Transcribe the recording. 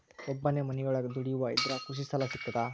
ಒಬ್ಬನೇ ಮನಿಯೊಳಗ ದುಡಿಯುವಾ ಇದ್ರ ಕೃಷಿ ಸಾಲಾ ಸಿಗ್ತದಾ?